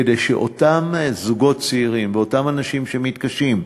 כדי שאותם זוגות צעירים ואותם אנשים שמתקשים,